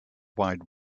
wide